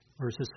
verses